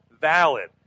valid